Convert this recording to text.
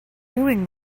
doing